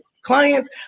clients